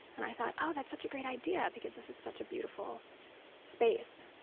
i thought, ah that's such a great idea because this is such a beautiful space.